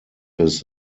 his